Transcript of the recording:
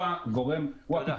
הוא הפתרון.